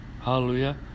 Hallelujah